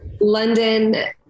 London